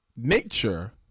nature